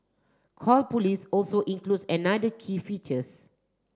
call Police also includes another key features